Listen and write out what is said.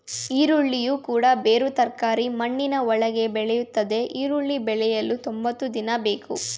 ಈರುಳ್ಳಿಯು ಕೂಡ ಬೇರು ತರಕಾರಿ ಮಣ್ಣಿನ ಒಳಗೆ ಬೆಳೆಯುತ್ತದೆ ಈರುಳ್ಳಿ ಬೆಳೆಯಲು ತೊಂಬತ್ತು ದಿನ ಬೇಕು